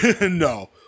No